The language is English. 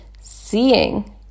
Seeing